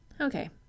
Okay